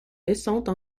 descente